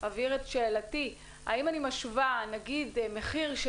אבהיר את שאלתי: אם אני משווה מחיר של